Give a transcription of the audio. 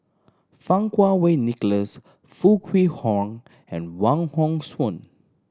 Fang Kuo Wei Nicholas Foo Kwee Horng and Wong Hong Suen